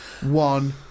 one